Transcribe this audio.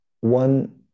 one